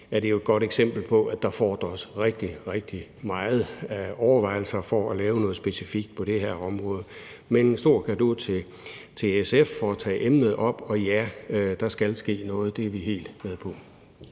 fald er det jo et eksempel på, at der foregår rigtig, rigtig meget i forhold til overvejelser om at lave noget specifikt på det her område. Men en stor cadeau til SF for at tage emnet op. Og ja: Der skal ske noget, det er vi helt med på.